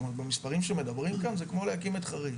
במספרים שמדברים כאן, זה כמו להקים את חריש.